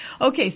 Okay